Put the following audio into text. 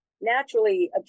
naturally